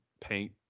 paint